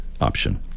option